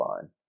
fine